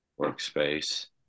workspace